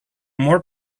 more